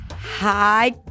Hi